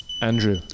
Andrew